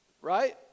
Right